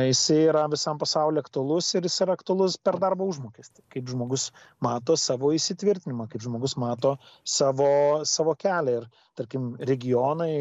jisai yra visam pasauly aktualus ir jis yra aktualus per darbo užmokestį kaip žmogus mato savo įsitvirtinimą kaip žmogus mato savo savo kelią ir tarkim regionai